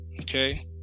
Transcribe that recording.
Okay